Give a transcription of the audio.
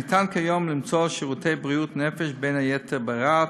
ניתן כיום למצוא שירותי בריאות נפש בין היתר ברהט,